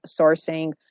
sourcing